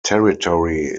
territory